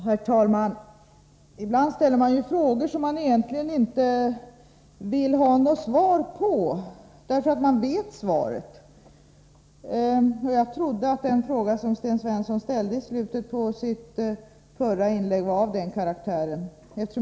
Herr talman! Ibland ställer man frågor som man egentligen inte vill ha något svar på, därför att man vet svaret. Jag trodde att den fråga som Sten Svensson ställde i slutet på sitt förra inlägg var av den karaktären.